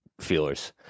feelers